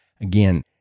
Again